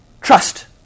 Trust